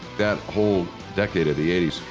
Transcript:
that whole decade of the eighty s,